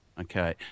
Okay